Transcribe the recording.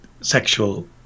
sexual